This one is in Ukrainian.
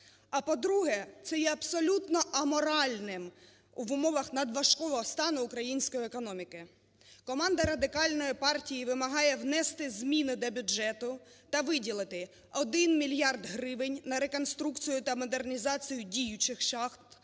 А по-друге, це є абсолютно аморальним в умовах надважкого стану української економіки. Команда Радикальної партії вимагає внести зміни до бюджету та виділити 1 мільярд гривень на реконструкцію та модернізацію діючих шахт,